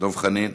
דב חנין,